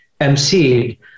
emceed